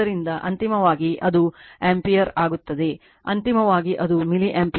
ಆದ್ದರಿಂದ ಅಂತಿಮವಾಗಿ ಅದು ಆಂಪಿಯರ್ ಆಗುತ್ತದೆ ಅಂತಿಮವಾಗಿ ಅದು ಮಿಲಿ ಆಂಪಿಯರ್ನಲ್ಲಿದೆ 8